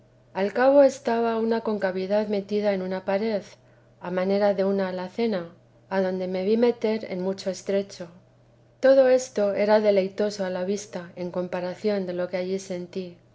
al cabo estaba una concavidad metida en una pared a manera de una alacena adonde me vi meter en mucho estrecho todo esto era deleitoso a ia vista en comparación de lo que allí sentí